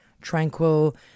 Tranquil